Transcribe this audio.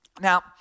Now